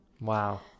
wow